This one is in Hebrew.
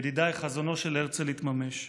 ידידיי, חזונו של הרצל התממש.